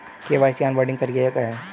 KYC onboarding प्रक्रिया क्या है?